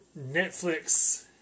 Netflix